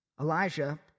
Elijah